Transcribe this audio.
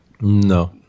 No